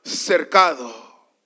cercado